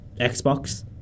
Xbox